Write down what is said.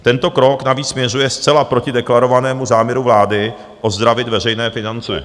Tento krok navíc směřuje zcela proti deklarovanému záměru vlády ozdravit veřejné finance.